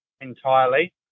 Entirely